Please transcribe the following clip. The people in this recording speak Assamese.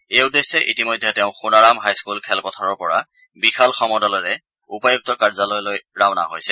এই উদ্দেশ্যে ইতিমধ্যে তেওঁ সোণাৰাম হাইস্থুল খেলপথাৰৰ পৰা বিশাল সমদলেৰে উপায়ক্তৰ কাৰ্যালয়লৈ ৰাওনা হৈছে